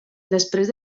després